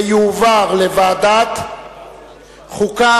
ותועבר לוועדת החוקה,